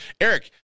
Eric